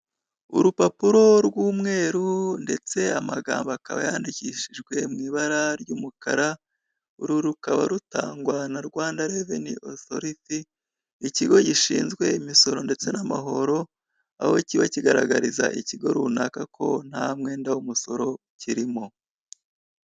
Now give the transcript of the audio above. Urupapuro rw'umweru, ndetse amagambo akaba yandikishijwe mu ibara ry'umukara, uru rukaba rutangwa na Rwanda reveni osoriti, ikigo gishinzwe imisoro ndetse n'amahoro, aho kiba kigaragariza ikigo runaka ko nta mwenda w'umusoro kirimo.